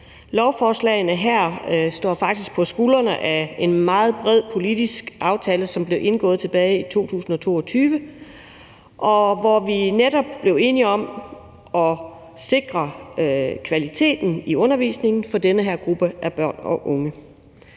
Lovforslagene her står faktisk på skuldrene af en meget bred politisk aftale, som blev indgået tilbage i 2022, hvor vi netop blev enige om at sikre kvaliteten i undervisningen for den her gruppe af børn og unge.